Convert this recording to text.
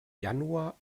januar